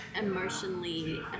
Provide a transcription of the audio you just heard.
emotionally